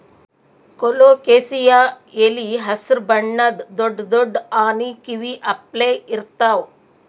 colocasia ಎಲಿ ಹಸ್ರ್ ಬಣ್ಣದ್ ದೊಡ್ಡ್ ದೊಡ್ಡ್ ಆನಿ ಕಿವಿ ಅಪ್ಲೆ ಇರ್ತವ್